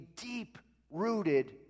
deep-rooted